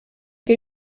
que